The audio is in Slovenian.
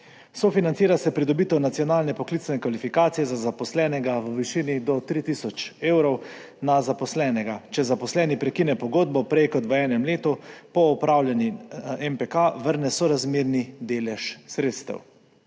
Sofinancira se pridobitev nacionalne poklicne kvalifikacije za zaposlenega v višini do 3 tisoč evrov na zaposlenega. Če zaposleni prekine pogodbo prej kot v enem letu po opravljeni NPK, vrne sorazmerni delež sredstev.